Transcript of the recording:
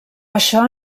això